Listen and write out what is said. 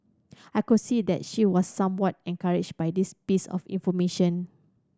I could see that she was somewhat encouraged by this piece of information